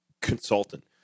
consultant